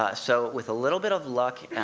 ah so with a little bit of luck,